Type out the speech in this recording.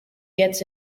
gets